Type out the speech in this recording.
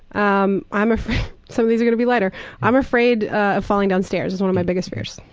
i'm i'm afraid some of these are going to be lighter i'm afraid of falling down stairs. it's one of my biggest fears.